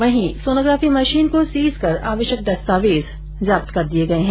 वहीं sonography machine को seize कर आवश्यक दस्तावेज जब्त किए गए हैं